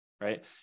right